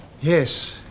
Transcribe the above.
Yes